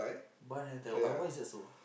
bun hair tie uh why is that so